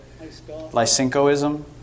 Lysenkoism